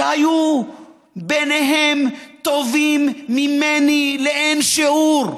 שהיו ביניהם טובים ממני לאין שיעור,